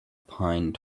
pine